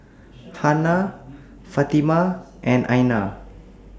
Hana Fatimah and Aina